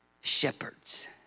shepherds